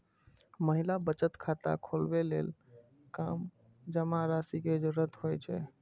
महिला बचत खाता खोलबै लेल कम जमा राशि के जरूरत होइ छै